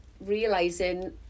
realizing